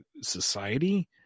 society